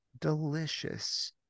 delicious